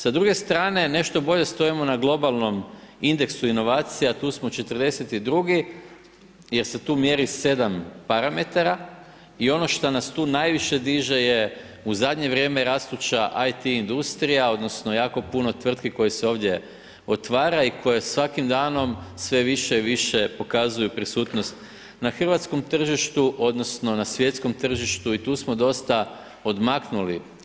S druge strane, nešto bolje stojimo na globalnom indeksu inovacija, tu smo 42. jer se tu mjeri 7 parametara i ono šta nas tu najviše diže je u zadnje vrijeme rastuća IT industrija odnosno jako puno tvrtki koje se ovdje otvara i koje svakim danom sve više i više pokazuju prisutnost na hrvatskom tržištu odnosno na svjetskom tržištu i tu smo dosta odmaknuli.